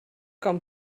com